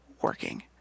working